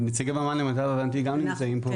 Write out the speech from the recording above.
נציגי ממן למיטב הבנתי גם נמצאים פה.